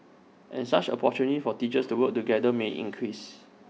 and such opportunities for teachers to work together may increase